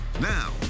Now